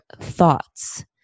thoughts